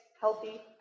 healthy